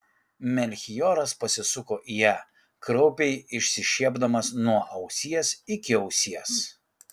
melchioras pasisuko į ją kraupiai išsišiepdamas nuo ausies iki ausies